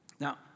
Now